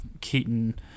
Keaton